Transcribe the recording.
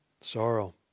sorrow